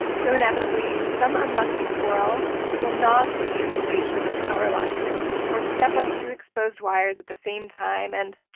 so inevitably, some unlucky squirrel will gnaw through the insulation of a power line or step on two exposed wires at the same time and,